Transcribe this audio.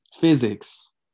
physics